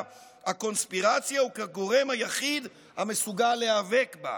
הקונספירציה וכגורם היחיד המסוגל להיאבק בה.